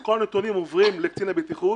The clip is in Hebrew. כל הנתונים עוברים לקצין הבטיחות,